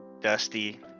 Dusty